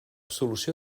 solució